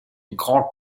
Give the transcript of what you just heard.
grand